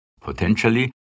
Potentially